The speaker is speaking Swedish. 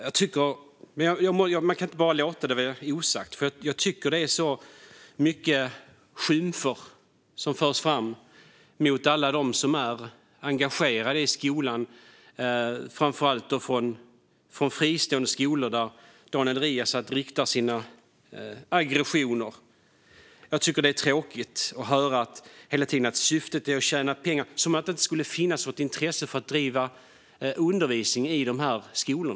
Men jag kan inte låta det passera när han skymfar alla dem som är engagerade i fristående skolor, dit han riktar sina aggressioner. Det är tråkigt att hela tiden höra att syftet är att tjäna pengar, som om det inte skulle finnas något intresse av att bedriva undervisning i dessa skolor.